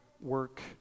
work